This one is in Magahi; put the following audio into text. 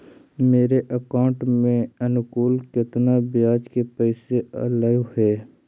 मेरे अकाउंट में अनुकुल केतना बियाज के पैसा अलैयहे?